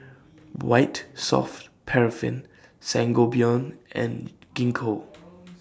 White Soft Paraffin Sangobion and Gingko